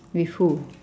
with who